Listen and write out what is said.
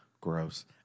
gross